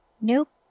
Nope